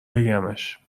بگمش